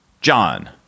John